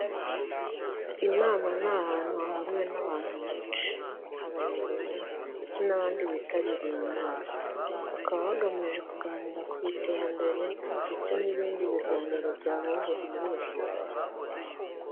Inama ni ahantu hahuriwe n'abantu benshi, abayobozi ndetse n'abandi bitabiriye inama, bakaba bagamije kuganira ku iterambere ndetse n'ibindi biganiro byabungura muri rusange.